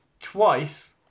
twice